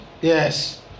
Yes